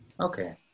Okay